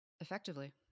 effectively